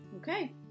okay